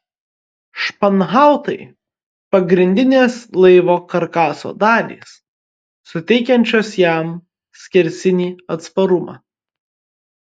španhautai pagrindinės laivo karkaso dalys suteikiančios jam skersinį atsparumą